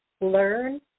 learn